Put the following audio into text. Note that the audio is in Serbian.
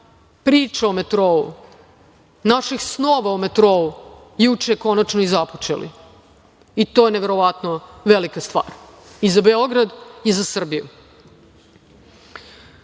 priče o metrou, naših snova o metrou, juče konačno i započeli. To je neverovatno velika stvar i za Beograd i za